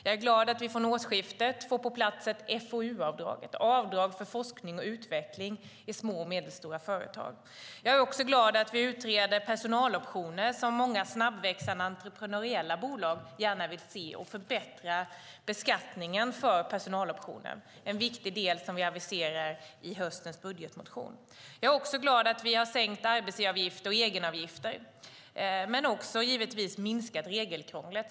Jag är glad att vi från årsskiftet får på plats ett FoU-avdrag, ett avdrag för forskning och utveckling i små och medelstora företag. Jag är också glad att vi utreder personaloptioner, som många snabbväxande entreprenöriella bolag gärna vill se, och förbättrar beskattningen för personaloptioner. Det är en viktig del som vi aviserar i höstens budgetproposition. Jag är också glad att vi har sänkt arbetsgivaravgifter och egenavgifter och givetvis minskat regelkrånglet.